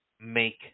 make